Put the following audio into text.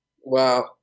Wow